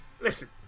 Listen